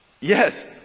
Yes